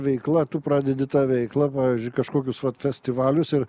veikla tu pradedi tą veiklą pavyzdžiui kažkokius vat festivalius ir